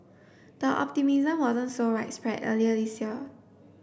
the optimism wasn't so widespread earlier this year